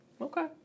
Okay